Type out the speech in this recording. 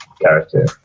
character